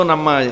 Nama